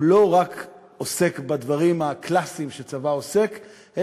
הוא לא רק עוסק בדברים הקלאסיים שצבא עוסק בהם,